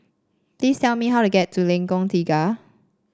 please tell me how to get to Lengkok Tiga